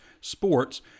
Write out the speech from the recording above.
Sports